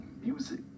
music